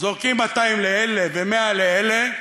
זורקים 200 לאלה ו-100 לאלה,